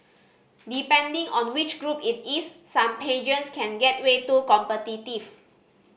depending on which group it is some pageants can get way too competitive